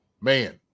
Man